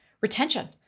retention